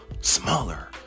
smaller